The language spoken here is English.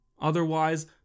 Otherwise